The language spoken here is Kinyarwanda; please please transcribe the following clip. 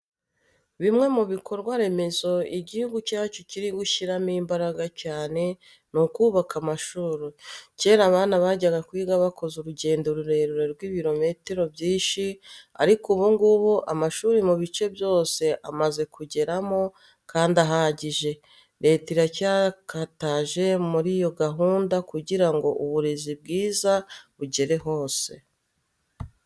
Bimwe mu bikorwa remezo igihugu cyacu kiri gushyiramo imbaraga cyane ni ukubaka amashuri. Kera abana bajyaga kwiga bakoze urugendo rurerure rw'ibirometero byinshi ariko ubu ngubu amashuri mu bice byose amaze kugeramo kandi ahagije. Leta iracyakataje muri iyo gahunda kugira ngo uburezi bwiza bugere hose.